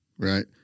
Right